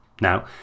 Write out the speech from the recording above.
Now